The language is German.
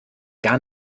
gar